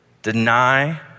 deny